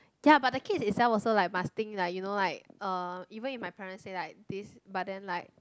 ya but the kids they self also like must think like you know like uh even if my parents say like this but then like